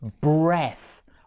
breath